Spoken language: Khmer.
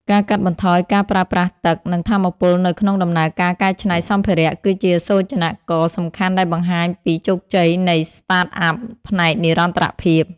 ការកាត់បន្ថយការប្រើប្រាស់ទឹក និងថាមពលនៅក្នុងដំណើរការកែច្នៃសម្ភារៈ គឺជាសូចនាករសំខាន់ដែលបង្ហាញពីជោគជ័យនៃ Startup ផ្នែកនិរន្តរភាព។